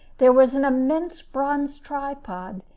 there was an immense bronze tripod,